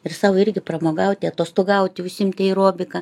ir sau irgi pramogauti atostogauti užsiimti aerobika